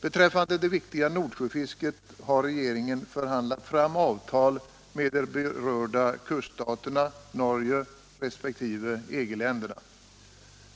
I fråga om det viktiga Nordsjöfisket har regeringen förhandlat fram avtal med de berörda kuststaterna: Norge resp. EG-länderna.